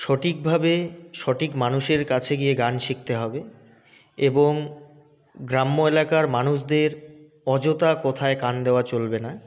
সঠিকভাবে সঠিক মানুষের কাছে গিয়ে গান শিখতে হবে এবং গ্রাম্য এলাকার মানুষদের অযথা কথায় কান দেওয়া চলবে না